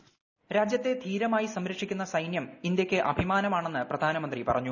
voice രാജ്യത്തെ ധീരമായിസംരക്ഷിക്കുന്ന സൈനൃം ഇന്ത്യയ്ക്ക് അഭിമാനമാണെന്ന് പ്രധ്യാന്മ്ന്ത്രി പറഞ്ഞു